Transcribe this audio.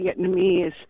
Vietnamese